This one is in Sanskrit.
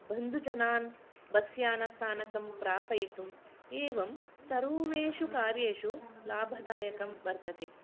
बन्धुजनान् बस्यानस्थानकं प्रापयितुम् एवं सर्वेषु कार्येषु लाभदायकं वर्तते